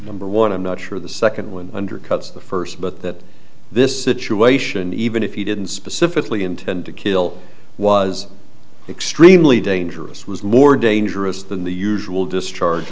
number one i'm not sure the second one undercuts the first but the this situation even if you didn't specifically intend to kill was extremely dangerous was more dangerous than the usual discharge